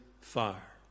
fire